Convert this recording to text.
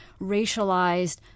racialized